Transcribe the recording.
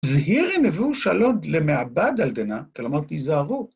‫זהירים הביאו שלוד למעבד על דינה, ‫כלומר, תזהרו.